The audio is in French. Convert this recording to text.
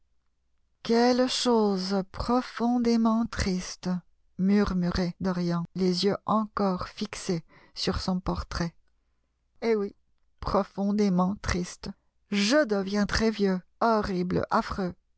quelle chose profondément triste murmurait dorian les yeux encore fixés sur son portrait eh oui profondément triste je deviendrai vieux horrible affreux